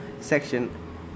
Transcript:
section